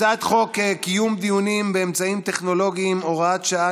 הצעת חוק קיום דיונים באמצעים טכנולוגיים (הוראת שעה,